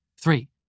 Three